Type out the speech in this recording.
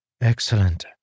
Excellent